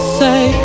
say